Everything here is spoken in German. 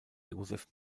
josef